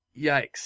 yikes